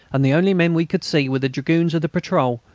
and the only men we could see were the dragoons of the patrol,